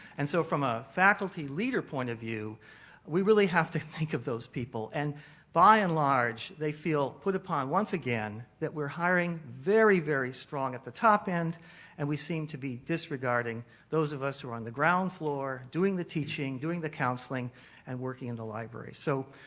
and so from a faculty leader point of view we really have to think of those people and by and large they feel put upon once again that we're hiring very, very strong at the top end and we seem to be disregarding those of us who are on the ground floor doing the teaching, doing the counseling and working in the library. so,